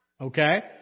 Okay